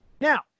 now